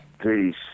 Peace